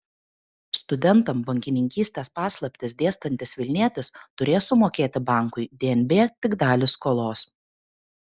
studentams bankininkystės paslaptis dėstantis vilnietis turės sumokėti bankui dnb tik dalį skolos